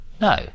No